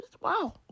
Wow